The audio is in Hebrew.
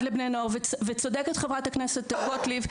לבני נוער וצודקת חברת הכנסת גוטליב,